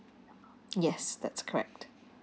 yes that's correct